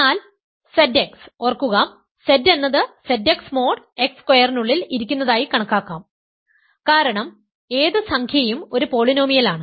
എന്നാൽ Z x ഓർക്കുക Z എന്നത് Z x മോഡ് x സ്ക്വയറിനുള്ളിൽ ഇരിക്കുന്നതായി കണക്കാക്കാം കാരണം ഏത് സംഖ്യയും ഒരു പോളിനോമിയലാണ്